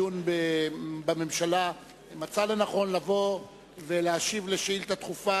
הדיון בממשלה מצא לנכון לבוא ולהשיב על שאילתא דחופה,